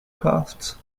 costs